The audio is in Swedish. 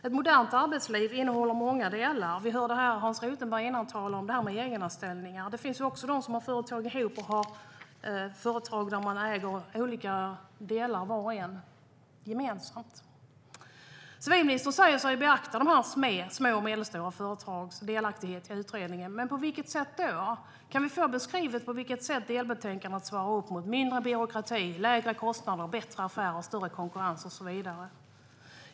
Ett modernt arbetsliv innehåller många delar. Tidigare hörde vi Hans Rothenberg tala om egenanställningar. Det finns också de som har företag ihop och företag där var och en äger olika delar. Civilministern säger sig beakta små och medelstora företags delaktighet i utredningen. På vilket sätt? Kan vi få beskrivet på vilket sätt delbetänkandet svarar upp mot mindre byråkrati, lägre kostnader, bättre affärer, större konkurrens och så vidare?